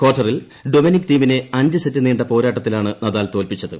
കാർട്ടറിൽ ഡൊമിനിക് തീമിനെ അഞ്ച് സെറ്റ് നീ പോരാട്ടത്തിലാണ് നദാൽ തോല്പിച്ചത്